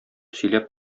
сөйләп